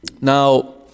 Now